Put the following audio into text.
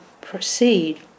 proceed